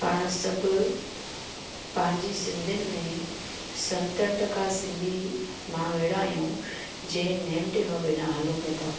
पाण सभु पंहिंजी सिंधियुनि में सतरि टका सिंधी माण्हू अहिड़ा आहियूं जे नेम टेम बिना हलूं पिए था